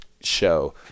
show